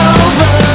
over